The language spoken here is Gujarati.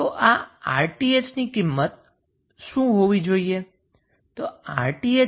તો આ RTh ની કિંમત શું હોવી જોઈએ